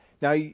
Now